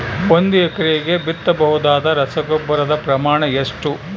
ಒಂದು ಎಕರೆಗೆ ಬಿತ್ತಬಹುದಾದ ರಸಗೊಬ್ಬರದ ಪ್ರಮಾಣ ಎಷ್ಟು?